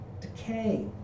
decay